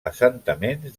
assentaments